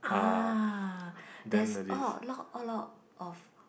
ah there is a lot a lot of